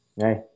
Hey